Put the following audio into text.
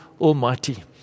Almighty